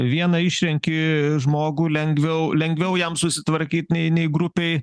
vieną išrenki žmogų lengviau lengviau jam susitvarkyt nei nei grupei